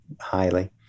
highly